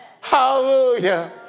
Hallelujah